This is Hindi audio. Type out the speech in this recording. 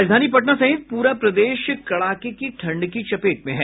राजधानी पटना सहित पूरा प्रदेश कड़ाके की ठंड की चपेट में है